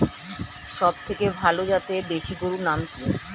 সবথেকে ভালো জাতের দেশি গরুর নাম কি?